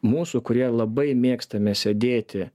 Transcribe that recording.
mūsų kurie labai mėgstame sėdėti